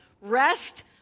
Rest